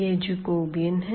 यह जैकोबियन है